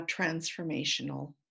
transformational